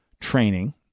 training